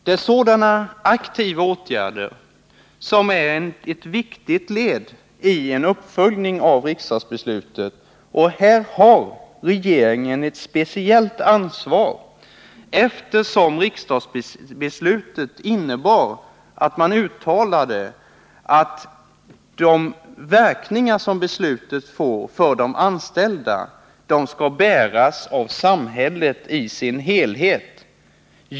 Det är sådana aktiva åtgärder som utgör ett viktigt led i uppföljningen av riksdagsbeslutet. Här har regeringen ett speciellt ansvar eftersom riksdagsbeslutet innebar att man uttalade att ansvaret för de negativa verkningar som beslutet får för de anställda skall bäras av samhället i dess helhet.